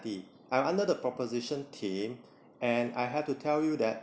I'm under the proposition team and I have to tell you that